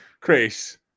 Chris